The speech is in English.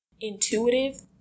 intuitive